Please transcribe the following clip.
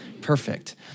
perfect